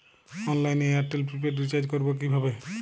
অনলাইনে এয়ারটেলে prepaid recharge করবো কিভাবে?